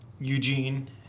Eugene